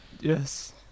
Yes